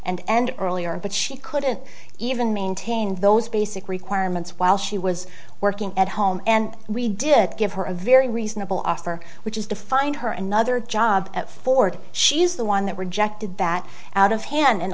and earlier but she couldn't even maintain those basic requirements while she was working at home and we did give her a very reasonable offer which is to find her another job at ford she's the one that rejected that out of hand and